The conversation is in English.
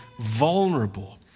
vulnerable